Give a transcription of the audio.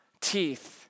teeth